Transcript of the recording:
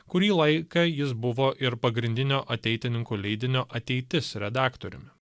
kurį laiką jis buvo ir pagrindinio ateitininkų leidinio ateitis redaktoriumi